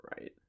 Right